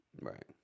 Right